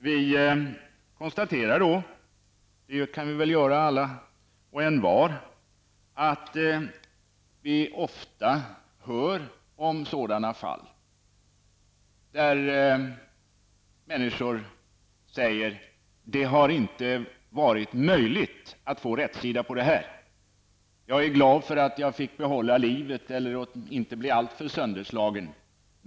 Vi har väl alla och envar ofta hört om sådana fall där människor säger: Det har inte varit möjligt att få rätsida på det här. Jag är glad att jag fick behålla livet och inte blev alltför sönderslagen.